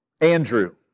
Andrew